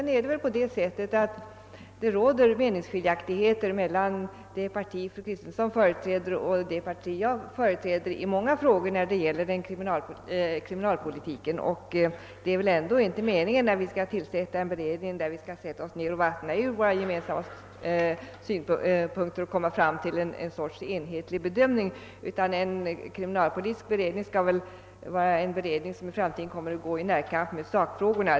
När det gäller kriminalpolitiken har det i många år rått meningsskiljaktigheter mellan det parti som fru Kristensson företräder och det som jag representerar, och om vi skall tillsätta en beredning där vi skall försöka komma fram till gemensamma synpunkter och någon sorts enhetlig bedömning är det väl ändå meningen att beredningen skall gå i närkamp med sakfrågorna.